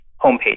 homepage